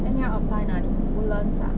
then 你要 apply 哪里 woodlands ah